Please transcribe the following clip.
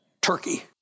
turkey